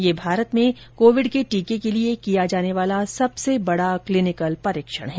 यह भारत में कोविड के टीके के लिए किया जाने वाला सबसे बड़ा क्लीनिकल परीक्षण है